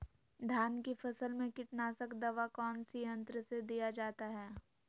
धान की फसल में कीटनाशक दवा कौन सी यंत्र से दिया जाता है?